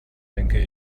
denke